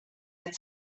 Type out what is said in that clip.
had